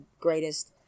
greatest